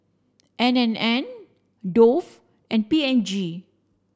N and N Dove and P and G